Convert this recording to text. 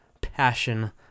passion